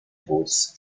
boots